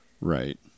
right